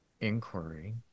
inquiry